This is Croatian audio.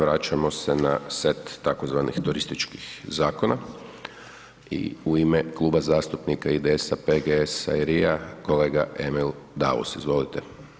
Vraćamo se na set tzv. turističkih zakona i u ime Kluba zastupnika IDS-a, PGS-a i RI-ja, kolega Emil Daus, izvolite.